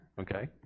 okay